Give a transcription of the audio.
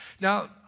Now